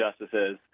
justices